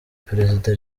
perezida